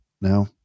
now